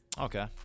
Okay